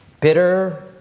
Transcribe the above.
Bitter